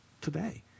today